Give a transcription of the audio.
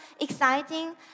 exciting